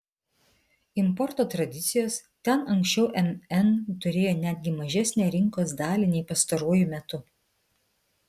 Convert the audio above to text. importo tradicijos ten anksčiau mn turėjo netgi mažesnę rinkos dalį nei pastaruoju metu